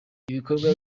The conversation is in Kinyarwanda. ibikorwa